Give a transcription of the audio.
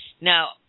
Now